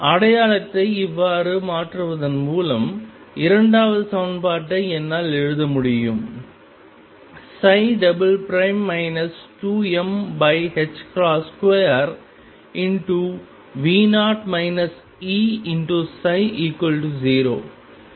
அடையாளத்தை இவ்வாறு மாற்றுவதன் மூலம் இரண்டாவது சமன்பாட்டை என்னால் எழுத முடியும் 2m2ψ0